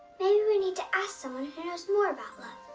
maybe we need to ask someone who knows more about love.